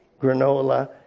granola